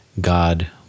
God